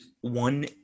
one